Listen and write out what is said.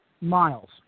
miles